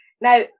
Now